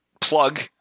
plug